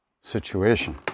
situation